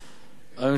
הממשלה,